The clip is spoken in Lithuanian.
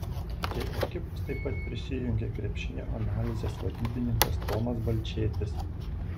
prie ekipos taip pat prisijungė krepšinio analizės vadybininkas tomas balčėtis